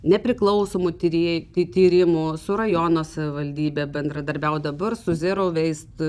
nepriklausomų tyrė ty tyrimų su rajono savivaldybe bendradarbiaut dabar su zero waste